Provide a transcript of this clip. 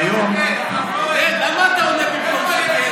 כיום, פורר, איפה אילת שקד?